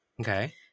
Okay